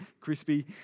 crispy